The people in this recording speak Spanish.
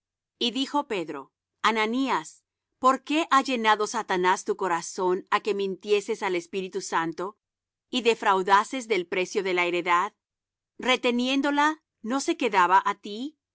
y dijo pedro ananías por qué ha llenado satanás tu corazón á que mintieses al espíritu santo y defraudases del precio de la heredad reteniéndola no se te quedaba á ti